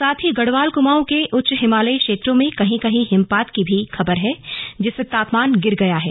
साथ ही गढ़वाल कुमाऊं के उच्च हिमालयी क्षेत्रों में कहीं कहीं हिमपात की भी खबर है जिससे तापमान गिर गया है